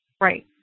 Right